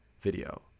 video